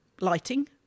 lighting